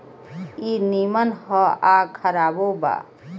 ई निमन ह आ खराबो बा